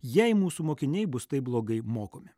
jei mūsų mokiniai bus taip blogai mokomi